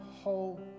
whole